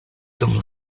dum